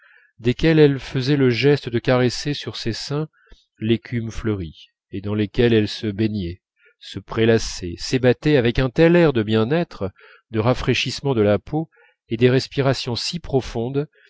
desquelles elle faisait le geste de caresser sur ses seins l'écume fleurie et dans lesquelles elle se baignait se prélassait s'ébattait avec un tel air de bien-être de rafraîchissement de la peau et des respirations si profondes